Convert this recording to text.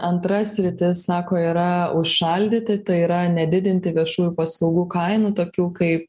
antra sritis sako yra užšaldyti tai yra nedidinti viešųjų paslaugų kainų tokių kaip